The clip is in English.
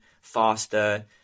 faster